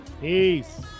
Peace